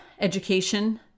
education